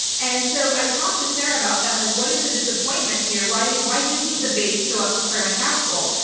and so i talked to sarah about that. i'm like, what is the disappointment here? why why didn't the base show up for claire mccaskill?